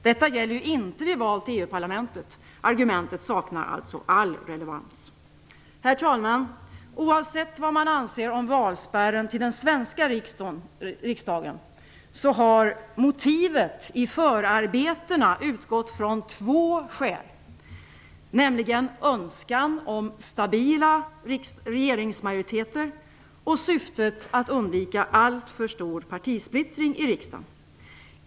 Detta gäller ju inte vid val till EU-parlamentet. Argumentet saknar alltså all relevans. Herr talman! Oavsett vad man anser om valspärren till den svenska riksdagen så har motivet i förarbetena utgått från två skäl, nämligen önskan om stabila regeringsmajoriteter och syftet att undvika alltför stor partisplittring i riksdagen.